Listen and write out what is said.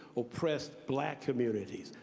oppressed black communities,